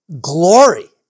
glory